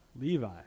Levi